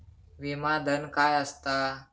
विमा धन काय असता?